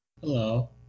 hello